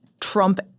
trump